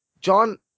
John